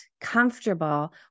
comfortable